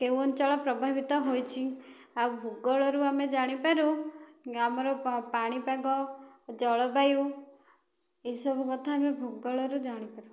କେଉଁ ଅଞ୍ଚଳ ପ୍ରଭାବିତ ହୋଇଛି ଆଉ ଭୂଗୋଳରୁ ଆମେ ଜାଣିପାରୁ ଆମର ପାଣିପାଗ ଜଳବାୟୁ ଏସବୁ କଥା ଆମେ ଭୂଗୋଳରୁ ଜାଣିପାରୁ